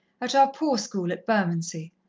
at our poor-school at bermondsey.